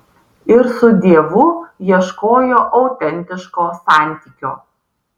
ir su dievu ieškojo autentiško santykio